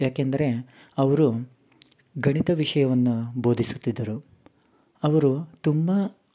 ಯಾಕೆಂದರೆ ಅವರು ಗಣಿತ ವಿಷಯವನ್ನ ಬೋಧಿಸುತ್ತಿದ್ದರು ಅವರು ತುಂಬಾ